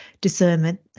discernment